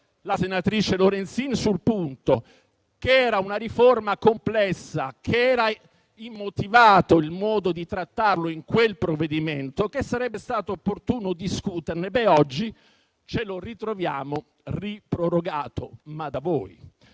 la senatrice Lorenzin sul punto), che era una riforma complessa, che era immotivato trattarla in quel provvedimento e che sarebbe stato opportuno discuterne. Oggi ce lo ritroviamo riprorogato, ma da voi.